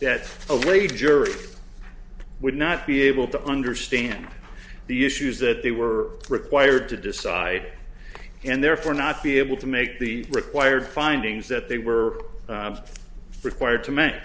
that away jury would not be able to understand the issues that they were required to decide and therefore not be able to make the required findings that they were required to m